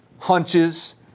hunches